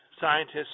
scientists